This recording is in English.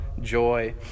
joy